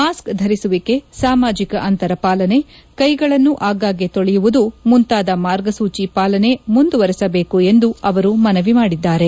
mask ಧರಿಸುವಿಕೆ ಸಾಮಾಜಿಕ ಅಂತರ ಪಾಲನೆ ಕ್ವೆಗಳನ್ನು ಆಗಾಗ್ಗೆ ತೊಳೆಯುವುದು ಮುಂತಾದ ಮಾರ್ಗಸೂಚಿ ಪಾಲನೆ ಮುಂದುವರೆಸಬೇಕು ಎಂದು ಅವರು ಮನವಿ ಮಾಡಿದ್ದಾರೆ